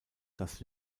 dass